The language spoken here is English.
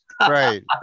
right